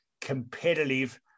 competitive